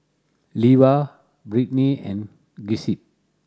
Levar Brittnie and Giuseppe